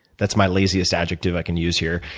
that's my laziest adjective i can use here,